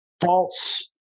false